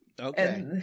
Okay